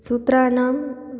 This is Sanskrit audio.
सूत्राणां